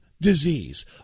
disease